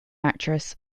actress